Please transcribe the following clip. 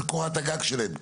של קורת הגג שלהם.